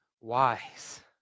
wise